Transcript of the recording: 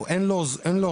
אין לו שיניים.